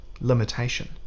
limitation